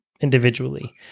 individually